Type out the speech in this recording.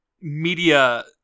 Media